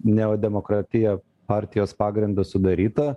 neodemokratija partijos pagrindu sudaryta